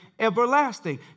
everlasting